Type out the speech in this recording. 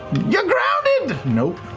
you're grounded! nope.